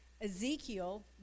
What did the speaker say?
Ezekiel